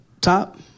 top